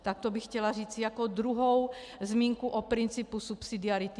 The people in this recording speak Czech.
Tak to bych chtěla říci jako druhou zmínku o principu subsidiarity.